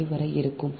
5 வரை இருக்கும்